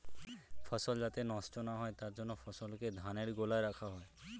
ফসল যাতে নষ্ট না হয় তার জন্য ফসলকে ধানের গোলায় রাখা হয়